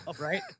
Right